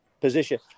position